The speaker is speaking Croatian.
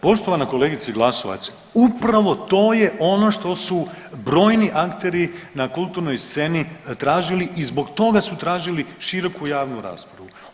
Poštovana kolegice Glasovac, upravo to je ono što su brojni akteri na kulturnoj sceni tražili i zbog toga su tražili široku javnu raspravu.